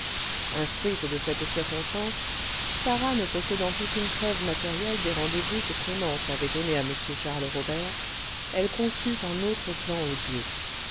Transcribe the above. instruite de cette circonstance sarah ne possédant aucune preuve matérielle des rendez-vous que clémence avait donnés à m charles robert sarah conçut un autre plan odieux